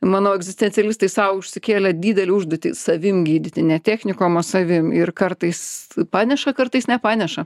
manau egzistencialistai sau užsikėlę didelę užduotį savim gydyti ne technikom o savim ir kartais paneša kartais nepaneša